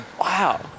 Wow